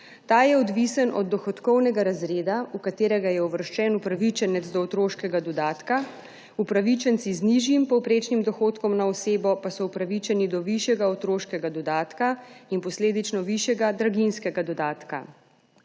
Ta je odvisen od dohodkovnega razreda, v katerega je uvrščen upravičenec do otroškega dodatka, upravičenci z nižjim povprečnim dohodkom na osebo pa so upravičeni do višjega otroškega dodatka in posledično višjega draginjskega dodatka.